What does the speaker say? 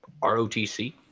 ROTC